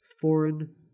Foreign